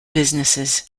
businesses